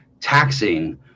taxing